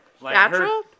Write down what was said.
Natural